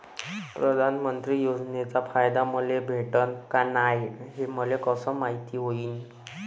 प्रधानमंत्री योजनेचा फायदा मले भेटनं का नाय, हे मले कस मायती होईन?